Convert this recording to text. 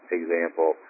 example